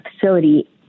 facility